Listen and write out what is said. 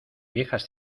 viejas